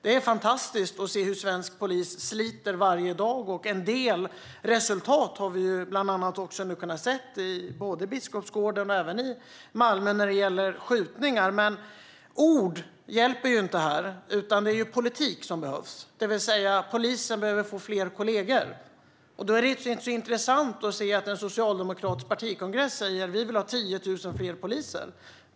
Det är fantastiskt att se hur svensk polis sliter varje dag, och en del resultat har vi nu också kunnat se i både Biskopsgården och Malmö när det gäller skjutningar. Ord hjälper dock inte här, utan det är politik som behövs. Polisen behöver med andra ord få fler kollegor. Då är det inte så intressant att en socialdemokratisk partikongress säger sig vilja ha 10 000 fler poliser.